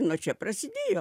nuo čia prasidėjo